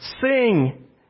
sing